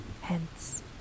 hence